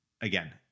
again